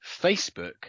Facebook